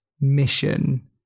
mission